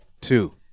two